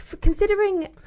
considering